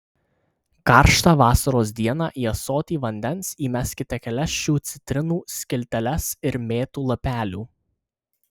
karštą vasaros dieną į ąsotį vandens įmeskite kelias šių citrinų skilteles ir mėtų lapelių